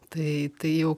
tai tai jau